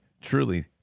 truly